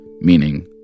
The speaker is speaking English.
meaning